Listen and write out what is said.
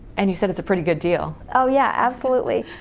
and you said, it's a pretty good deal. oh yeah, absolutely.